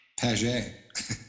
Paget